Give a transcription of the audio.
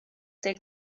stay